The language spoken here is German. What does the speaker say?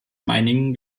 meiningen